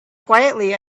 quietly